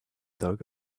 dog